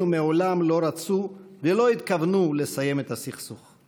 מעולם לא רצו ולא התכוונו לסיים את הסכסוך.